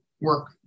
work